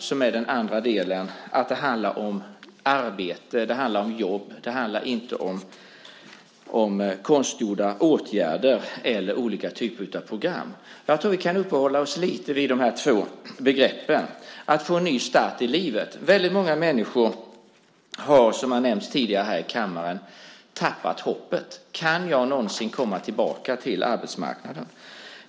Det handlar om arbete. Det handlar inte om konstgjorda åtgärder eller olika typer av program. Vi kan uppehålla oss lite vid de två begreppen. Det handlar om att få en ny start i livet. Väldigt många människor har, som har nämnts tidigare här i kammaren, tappat hoppet. Kan jag någonsin komma tillbaka till arbetsmarknaden?